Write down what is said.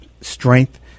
strength